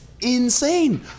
insane